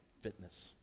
fitness